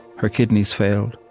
her kidneys failed,